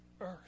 earth